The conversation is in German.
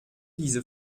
diese